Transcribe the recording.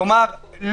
כלומר,